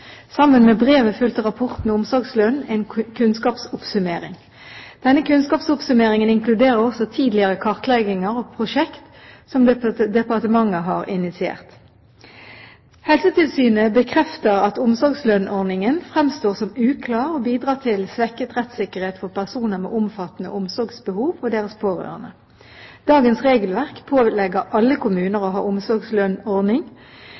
Sammen med brevet fulgte rapporten Omsorgslønn – en kunnskapsoppsummering. Denne kunnskapsoppsummeringen inkluderer også tidligere kartlegginger og prosjekt som departementet har initiert. Helsetilsynet bekrefter at omsorgslønnsordningen fremstår som uklar og bidrar til svekket rettssikkerhet for personer med omfattende omsorgsbehov og deres pårørende. Dagens regelverk pålegger alle kommuner